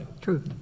True